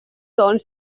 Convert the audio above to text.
doncs